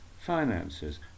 finances